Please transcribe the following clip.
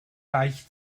deich